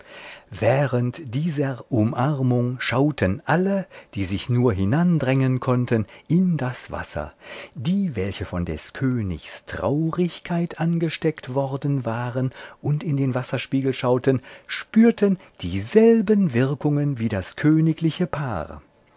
während dieser umarmung schauten alle die sich nur hinandrängen konnten in das wasser die welche von des königs traurigkeit angesteckt worden waren und in den wasserspiegel schauten spürten dieselben wirkungen wie das königliche paar